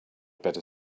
better